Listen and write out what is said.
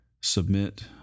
submit